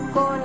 go